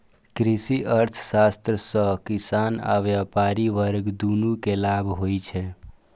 कृषि अर्थशास्त्र सं किसान आ व्यापारी वर्ग, दुनू कें लाभ होइ छै